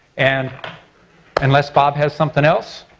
and unless bob has something else,